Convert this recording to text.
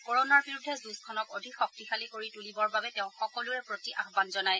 কৰণাৰ বিৰুদ্ধে যুঁজখন অধিক শক্তিশালী কৰি তূলিবৰ বাবে তেওঁ সকলোৰে প্ৰতি আহান জনায়